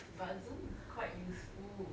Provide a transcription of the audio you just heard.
but zoom quite useful